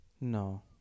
No